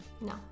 No